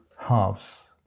halves